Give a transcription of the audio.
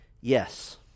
Yes